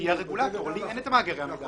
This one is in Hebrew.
היא הרגולטור, לי אין את מאגרי המידע.